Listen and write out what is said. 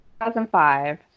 2005